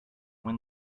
when